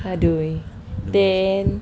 !aduh! then